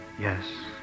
Yes